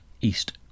East